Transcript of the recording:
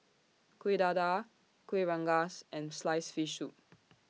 Kueh Dadar Kueh Rengas and Sliced Fish Soup